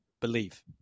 Believe